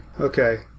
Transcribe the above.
Okay